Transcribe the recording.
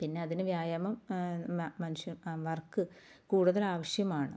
പിന്നതിന് വ്യായാമം മനുഷ്യൻ വർക്ക് കൂടുതലാവശ്യമാണ്